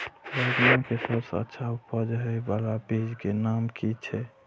राजमा के सबसे अच्छा उपज हे वाला बीज के नाम की छे?